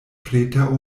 preter